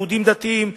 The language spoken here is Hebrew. יהודים דתיים,